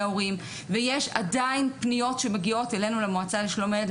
הורים ויש עדיין פניות שמגיעות אלינו למועצה לשלום הילד,